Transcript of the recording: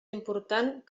important